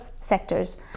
sectors